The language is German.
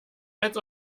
als